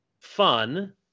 fun